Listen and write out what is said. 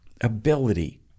ability